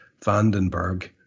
Vandenberg